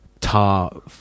tar